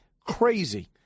Crazy